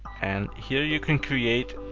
and here you can create.